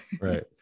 Right